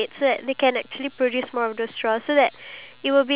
yes the price